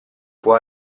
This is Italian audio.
può